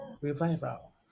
Revival